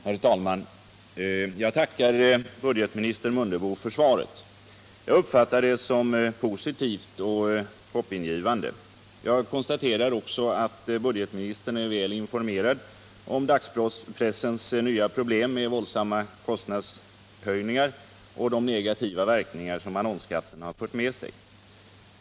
Herr talman! Jag tackar budgetminister Mundebo för svaret. Jag uppfattar det som positivt och hoppingivande. Jag konstaterar också att budgetministern är väl informerad om dagspressens nya problem — våldsamma kostnadshöjningar och de negativa verkningar som annonsskatten fört med sig.